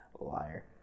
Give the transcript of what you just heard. Liar